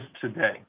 today